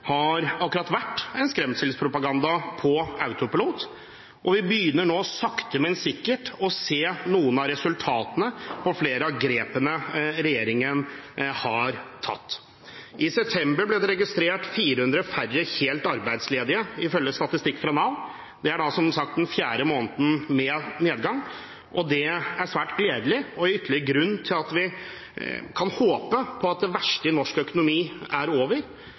vært akkurat det – en skremselspropaganda på autopilot. Vi begynner nå sakte, men sikkert å se noen av resultatene av flere av grepene regjeringen har tatt. I september ble det registrert 400 færre helt arbeidsledige, ifølge statistikk fra Nav. Det er, som sagt, den fjerde måneden med nedgang. Det er svært gledelig og ytterligere en grunn til at vi kan håpe på at det verste i norsk økonomi er over.